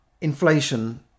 inflation